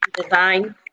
design